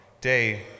day